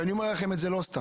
ואני אומר לכם את זה לא סתם.